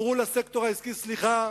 אמרו לסקטור העסקי: סליחה,